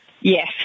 Yes